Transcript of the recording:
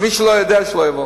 מי שלא יודע, שלא יבוא.